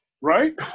right